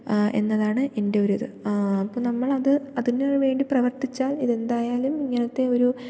എന്നതാണ് എൻ്റെ ഒരു ഇത് അപ്പം നമ്മളത് അതിനു വേണ്ടി പ്രവർത്തിച്ചാൽ ഇതെന്തായാലും ഇങ്ങനത്തെ ഒരു